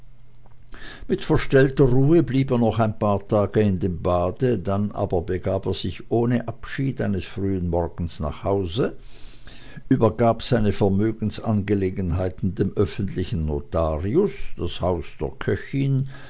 mit verstellter ruhe blieb er noch ein paar tage in dem bade dann aber begab er sich ohne abschied eines frühen morgens nach hause übergab seine vermögensangelegenheiten dem öffentlichen notarius das haus der köchin